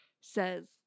says